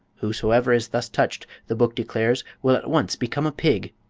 whosoever is thus touched, the book declares, will at once become a pig,